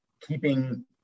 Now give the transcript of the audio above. keeping